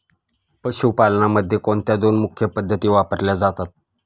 पशुपालनामध्ये कोणत्या दोन मुख्य पद्धती वापरल्या जातात?